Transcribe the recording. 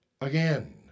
again